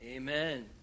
Amen